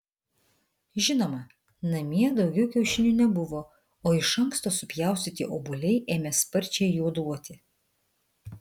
žinoma namie daugiau kiaušinių nebuvo o iš anksto supjaustyti obuoliai ėmė sparčiai juoduoti